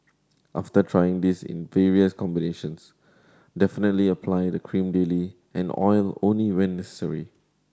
after trying this in various combinations definitely apply the cream daily and oil only when necessary